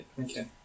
Okay